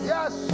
Yes